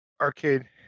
arcade